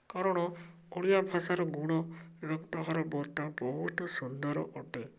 କାରଣ ଓଡ଼ିଆ ଭାଷାର ଗୁଣ ଏବଂ ତାହାର ବାର୍ତ୍ତା ବହୁତ ସୁନ୍ଦର ଅଟେ